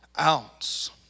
ounce